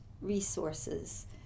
resources